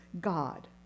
God